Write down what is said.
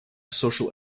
social